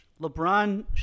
LeBron